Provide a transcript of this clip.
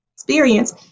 experience